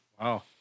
Wow